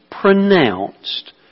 pronounced